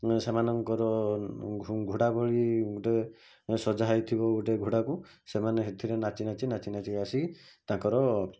ସେମାନଙ୍କର ଘୋଡ଼ାଭଳି ଗୋଟେ ସଜାହେଇଥିବ ଗୋଟେ ଘୋଡ଼ାକୁ ସେମାନେ ସେଥିରେ ନାଚି ନାଚି ନାଚି ନାଚିକି ଆସିକି ତାଙ୍କର